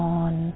on